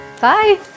Bye